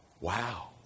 Wow